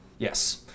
Yes